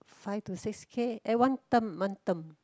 five to six K eh one term one term